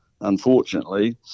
unfortunately